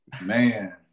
Man